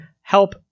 help